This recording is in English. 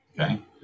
Okay